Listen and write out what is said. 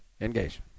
Engage